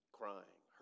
crying